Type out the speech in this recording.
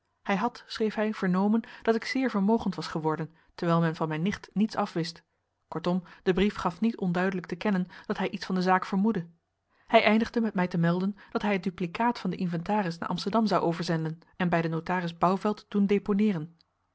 hij had schreef hij vernomen dat ik zeer vermogend was geworden terwijl men van mijn nicht niets af wist kortom de brief gaf niet onduidelijk te kennen dat hij iets van de zaak vermoedde hij eindigde met mij te melden dat hij het duplicaat van den inventaris naar amsterdam zou overzenden en bij den notaris bouvelt doen deponeeren